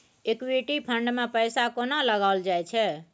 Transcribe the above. Equity fund मे पैसा कोना लगाओल जाय छै?